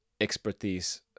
expertise